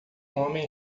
homem